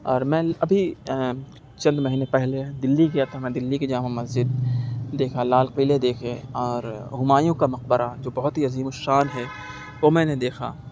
اور میں ابھی چند مہینے پہلے دلّی گیا تھا میں دلّی کی جامع مسجد دیکھا لال قلعے دیکھے اور ہمایوں کا مقبرہ جو بہت ہی عظیم الشّان ہے وہ میں نے دیکھا